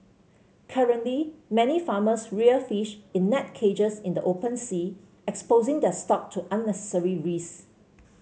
currently many farmers rear fish in net cages in the open sea exposing their stock to unnecessary risks